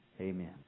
Amen